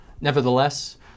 Nevertheless